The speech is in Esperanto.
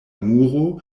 muro